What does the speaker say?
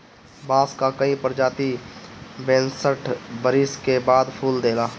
बांस कअ कई प्रजाति पैंसठ बरिस के बाद फूल देला